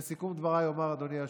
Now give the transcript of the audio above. לסיכום דבריי אומר, אדוני היושב-ראש,